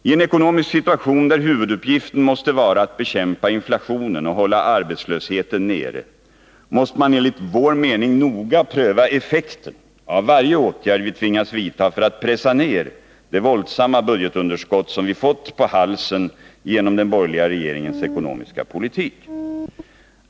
I en ekonomisk situation där huvuduppgiften måste vara att bekämpa inflationen och hålla arbetslösheten nere, måste man enligt vår mening noga pröva effekten av varje åtgärd vi tvingas vidta för att pressa ned det våldsamma budgetunderskott som vi fått på halsen genom den borgerliga regeringens ekonomiska politik.